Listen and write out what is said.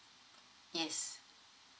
yes